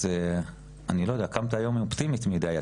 אז, אני לא יודעת את קמת היום אופטימית מידי.